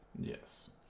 Yes